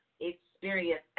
experience